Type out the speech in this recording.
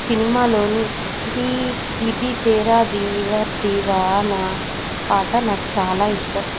సినిమాలోని ద దీది తేరా దీవర్ దివాన పాట నాకు చాలా ఇష్టం